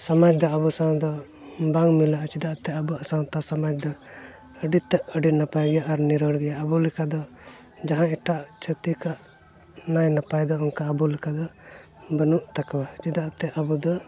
ᱥᱚᱢᱚᱭ ᱫᱚ ᱟᱵᱚ ᱥᱚᱢᱚᱭ ᱫᱚ ᱵᱟᱝ ᱢᱤᱞᱟᱹᱜᱼᱟ ᱪᱮᱫᱟᱜ ᱛᱮ ᱟᱵᱚᱣᱟᱜ ᱥᱟᱶᱛᱟ ᱥᱚᱢᱟᱡᱽ ᱫᱚ ᱟᱹᱰᱤ ᱛᱮᱫ ᱟᱹᱰᱤ ᱱᱟᱯᱟᱭ ᱜᱮᱭᱟ ᱟᱨ ᱱᱤᱨᱳᱲ ᱜᱮᱭᱟ ᱟᱵᱚ ᱞᱮᱠᱟᱫᱚ ᱡᱟᱦᱟᱸ ᱮᱴᱟᱜ ᱪᱷᱟᱹᱛᱤᱠᱼᱟᱜ ᱱᱟᱭ ᱱᱟᱯᱟᱭ ᱫᱚ ᱟᱵᱚ ᱞᱮᱠᱟᱫᱚ ᱵᱟᱹᱱᱩᱜ ᱛᱟᱠᱚᱣᱟ ᱪᱮᱫᱟᱜ ᱮᱱᱛᱮᱜ ᱟᱵᱚ ᱫᱚ